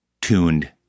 tuned